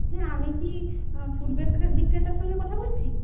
হ্যাঁ আমি কি ফুল বিক্রেতার সঙ্গে কথা বলছি